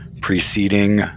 preceding